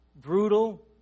brutal